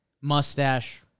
Mustache